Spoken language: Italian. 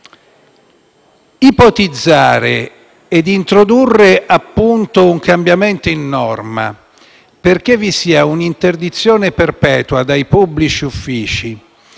ipotizzare ed introdurre un cambiamento in norma perché vi sia un'interdizione perpetua dai pubblici uffici